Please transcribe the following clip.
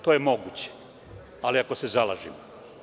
To je moguće, ali ako se založimo.